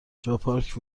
جاپارک